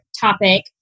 topic